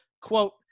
Quote